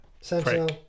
Sentinel